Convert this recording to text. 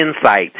insight